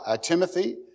Timothy